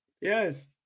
Yes